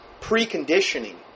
preconditioning